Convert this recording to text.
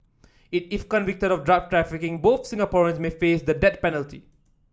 if convicted of drug trafficking both Singaporeans may face the death penalty